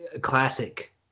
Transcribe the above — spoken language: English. classic